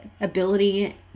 ability